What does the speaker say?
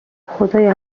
خدایا